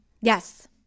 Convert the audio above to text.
Yes